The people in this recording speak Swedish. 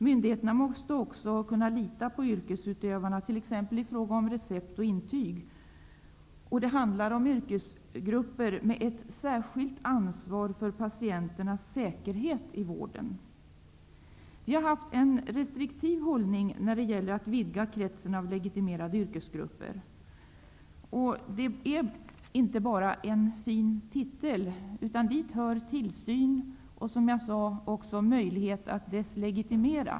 Myndigheterna måste också kunna lita på yrkesutövarna, t.ex. i fråga om recept och intyg. Det handlar om yrkesgrupper med ett särskilt ansvar för patienternas säkerhet i vården. Vi har intagit en restriktiv hållning när det gäller att vidga kretsen av legitimerade yrkesgrupper. Det är inte bara fråga om en fin titel, utan till detta kommer tillsyn och, som jag sade, även möjlighet att deslegitimera.